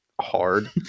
hard